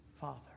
Father